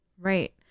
right